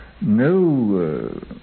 no